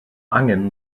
angen